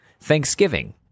Thanksgiving